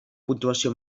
puntuació